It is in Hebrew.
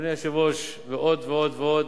אדוני היושב-ראש, עוד ועוד ועוד.